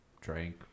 drank